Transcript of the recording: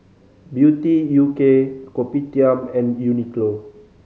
Beauty U K Kopitiam and Uniqlo